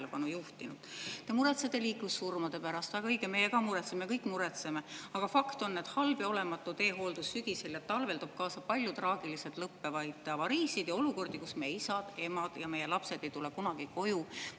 juhtinud. Te muretsete liiklussurmade pärast – väga õige, meie ka muretseme, me kõik muretseme –, aga fakt on, et halb või olematu teehooldus sügisel ja talvel toob kaasa palju traagiliselt lõppevaid avariisid, olukordi, kus isad, emad ja lapsed ei tule kunagi koju,